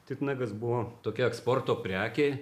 titnagas buvo tokia eksporto prekė